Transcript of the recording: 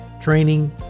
training